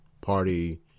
party